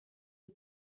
une